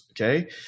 okay